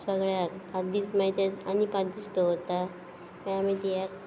सगळ्याक पांच दीस माई ते आनी पांच दीस दवरता ते आमी दियाक